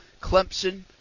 Clemson